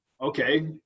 okay